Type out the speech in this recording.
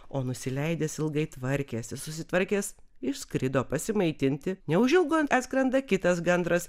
o nusileidęs ilgai tvarkėsi susitvarkęs išskrido pasimaitinti neužilgo atskrenda kitas gandras